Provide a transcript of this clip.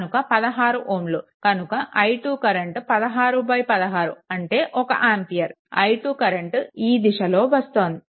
కాబట్టి 16 Ω కనుక i2 current 1616 అంటే 1 ఆంపియర్ i2 కరెంట్ ఈ దిశలో వస్తుంది